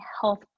health